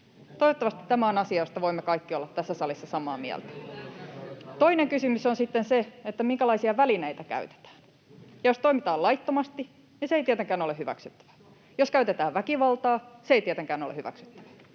Toivottavasti tämä on asia, josta voimme kaikki olla tässä salissa samaa mieltä. Toinen kysymys on sitten se, minkälaisia välineitä käytetään. Jos toimitaan laittomasti, niin se ei tietenkään ole hyväksyttävää. Jos käytetään väkivaltaa, se ei tietenkään ole hyväksyttävää.